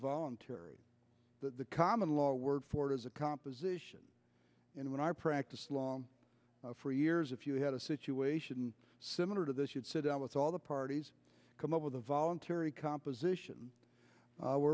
voluntary the common law word for it is a composition and when i practiced law for years if you had a situation similar to this you'd sit down with all the parties come up with a voluntary composition